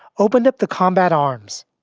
opened up the combat arms,